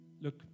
look